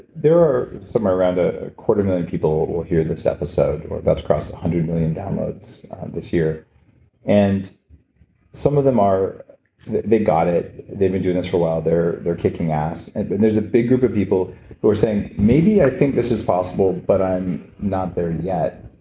there are somewhere around a quarter million people who will hear this episode. we're about to cross one hundred million downloads this year and some of them, they've got it. they've been doing this for awhile. they're they're kicking ass and but there's a big group of people who are saying, maybe i think this is possible, but i'm not there yet.